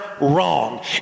wrong